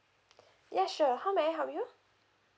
yeah sure how may I help you